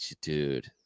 dude